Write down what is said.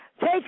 Take